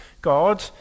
God